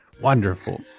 Wonderful